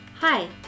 Hi